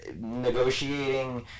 negotiating